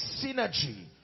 synergy